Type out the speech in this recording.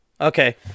Okay